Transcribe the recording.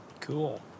Cool